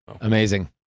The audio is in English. Amazing